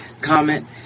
comment